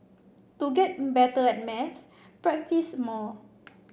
to get better at maths practise more